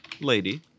lady